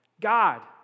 God